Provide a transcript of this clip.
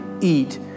eat